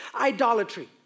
idolatry